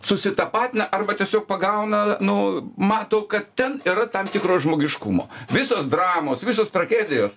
susitapatina arba tiesiog pagauna nu mato kad ten yra tam tikro žmogiškumo visos dramos visos tragedijos